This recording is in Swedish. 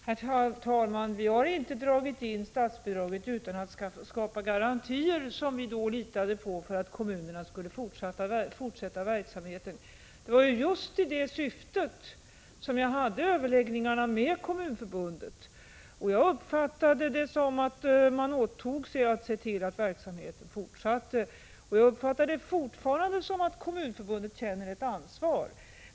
Herr talman! Vi har inte dragit in statsbidraget utan att skapa garantier, som vi då litade på, för att kommunerna skulle fortsätta verksamheten. Det var just i det syftet som jag hade överläggningar med Kommunförbundet, och jag uppfattade det så att Kommunförbundet åtog sig att se till att verksamheten fortsatte. Jag uppfattar det fortfarande som om Kommunförbundet känner ett ansvar.